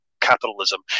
capitalism